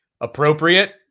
Appropriate